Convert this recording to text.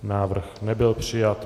Návrh nebyl přijat.